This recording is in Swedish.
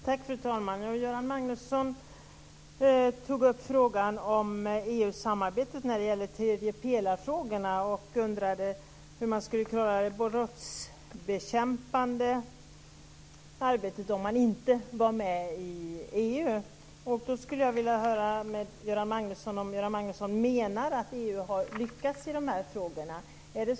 Fru talman! Göran Magnusson tog upp frågan om EU-samarbetet i tredjepelarfrågorna. Han undrade hur man skulle klara det brottsbekämpande arbetet om man inte var med i EU. Jag skulle vilja höra med Göran Magnusson om han menar att EU har lyckats i dessa frågor.